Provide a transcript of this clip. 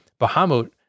Bahamut